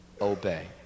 obey